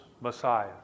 Messiah